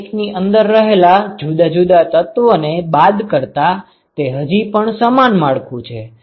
શ્રેણિક ની અંદર રહેલા જુદા જુદા તત્વો ને બાદ કરતા તે હજી પણ સમાન માળખું છે